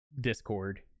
Discord